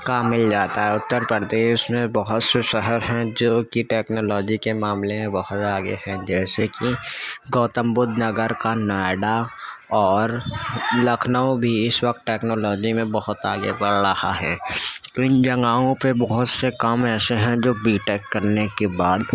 کام مل جاتا ہے اتر پردیش میں بہت سے شہر ہیں جوکہ ٹیکنالوجی کے معاملے میں بہت آگے ہیں جیسے کہ گوتم بدھ نگر کا نوئڈا اور لکھنؤ بھی اس وقت ٹیکنالوجی میں بہت آگے بڑھ رہا ہے تو ان جگہوں پہ بہت سے کام ایسے ہیں جو بی ٹیک کر نے بعد